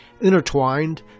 intertwined